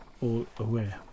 all-aware